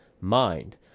mind